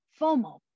FOMO